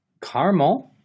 Caramel